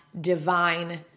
divine